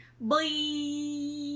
Bye